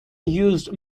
used